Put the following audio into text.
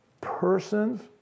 persons